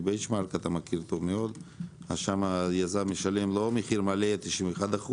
שם היזם משלם לא מחיר מלא 91%,